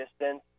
distance